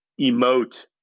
emote